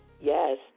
yes